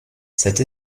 cette